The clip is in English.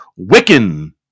Wiccan